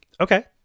Okay